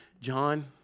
John